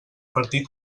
partit